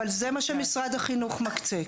אבל זה מה שמשרד החינוך מקצה.